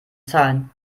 zahlen